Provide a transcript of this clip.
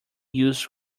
used